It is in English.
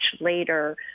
later